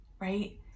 right